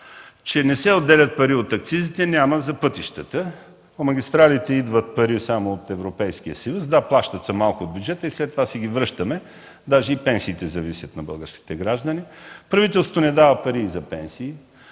че не се отделят пари от акцизите, няма за пътищата. По магистралите идват пари само от Европейския съюз. Да, плащат се малко от бюджета и след това си ги връщаме. Даже и пенсиите на българските граждани зависят. Правителството не дава пари и за пенсии.